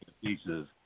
pieces